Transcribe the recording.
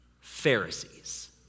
Pharisees